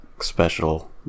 special